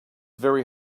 very